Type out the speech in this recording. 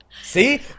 See